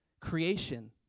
creation